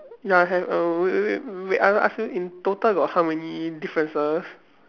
ya have err wait wait wait I want to ask you in total got how many differences